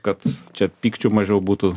kad čia pykčių mažiau būtų